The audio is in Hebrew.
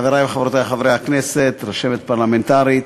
חברי וחברותי חברי הכנסת, רשמת פרלמנטרית,